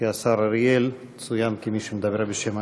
כי השר אריאל צוין כמי שמדבר בשם הממשלה.